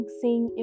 seeing